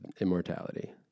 immortality